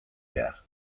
behar